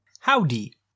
Howdy